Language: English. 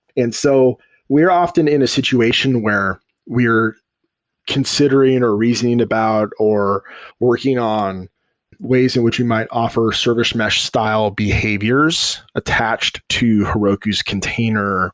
so we are often in a situation where we are considering, or reasoning about, or working on ways in which we might offer service mesh style behaviors attached to heroku's container